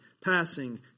passing